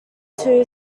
two